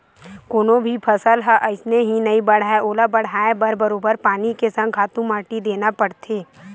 कोनो भी फसल ह अइसने ही नइ बाड़हय ओला बड़हाय बर बरोबर पानी के संग खातू माटी देना परथे